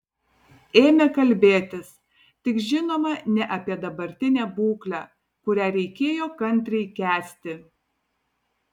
ėmė kalbėtis tik žinoma ne apie dabartinę būklę kurią reikėjo kantriai kęsti